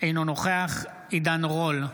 אינו נוכח עידן רול,